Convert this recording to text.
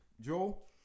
Joel